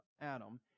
Adam